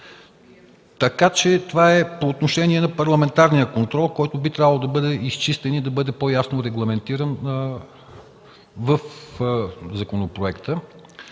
служби. Това е по отношение на парламентарния контрол, който би трябвало да бъде изчистен и по-ясно регламентиран в законопроекта.